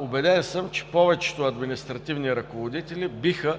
Убеден съм, че повечето административни ръководители биха